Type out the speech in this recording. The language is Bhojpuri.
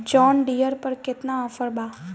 जॉन डियर पर केतना ऑफर बा?